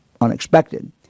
unexpected